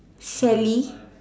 Sally